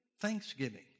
thanksgiving